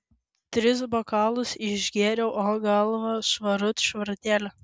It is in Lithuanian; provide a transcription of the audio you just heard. tris bokalus išgėriau o galva švarut švarutėlė